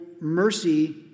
mercy